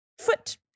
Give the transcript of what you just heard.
foot